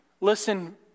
Listen